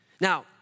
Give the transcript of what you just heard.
Now